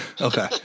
Okay